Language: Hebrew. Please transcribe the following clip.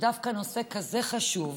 שדווקא בנושא כזה חשוב,